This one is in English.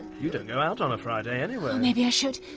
you don't go out on a friday anyway. maybe i should!